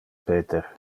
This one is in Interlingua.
peter